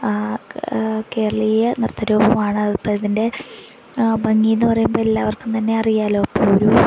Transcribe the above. കേരളീയ നൃത്തരൂപമാണ് അതിപ്പോള് അതിൻ്റെ ഭംഗിയെന്ന് പറയുമ്പോള് എല്ലാവർക്കും തന്നെ അറിയാമല്ലോ അപ്പോള് ഒരു